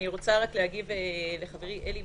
אני רוצה להגיב לחברי אלי.